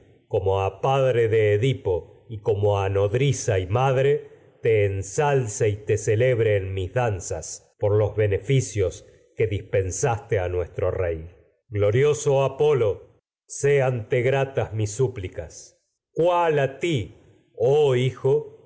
como a padre de edipo como a madre te ensalce y te celebre en mis que danzas por los beneficios dispensaste a nuestro rey glorioso apolo séante gratas mis súplicas cuál parió pues que a ti oh hijo